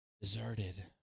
deserted